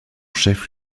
chef